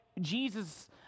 Jesus